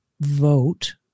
vote